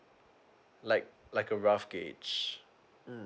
like like a rough gauge mm